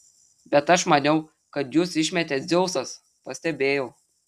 bet aš maniau kad jus išmetė dzeusas pastebėjau